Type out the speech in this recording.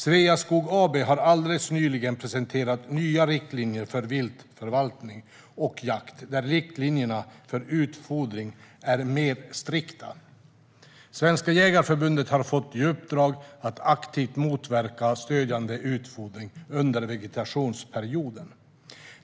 Sveaskog AB har alldeles nyligen presenterat nya riktlinjer för viltförvaltning och jakt där riktlinjerna för utfodring är mer strikta. Svenska Jägareförbundet har fått i uppdrag att aktivt motverka stödjande utfodring under vegetationsperioden.